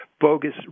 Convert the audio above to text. Bogus